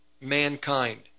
mankind